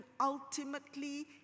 ultimately